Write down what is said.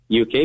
UK